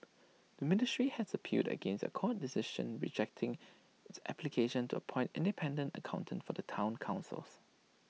the ministry had appealed against A court decision rejecting its application to appoint independent accountants for the Town Council